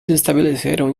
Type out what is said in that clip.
estabeleceram